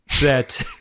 that-